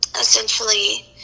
essentially